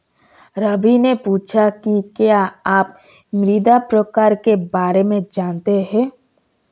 रवि ने पूछा कि क्या आप मृदा प्रकार के बारे में जानते है?